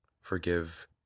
forgive